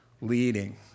leading